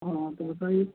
हाँ तो बताइए